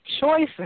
Choices